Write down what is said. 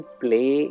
play